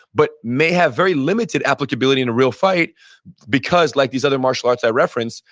but may have very limited applicability in a real fight because like these other martial arts i reference,